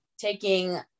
taking